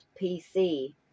PC